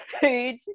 food